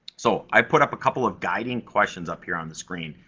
so, i put up a couple of guiding questions, up here on the screen,